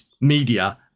media